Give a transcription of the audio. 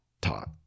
taught